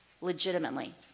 Legitimately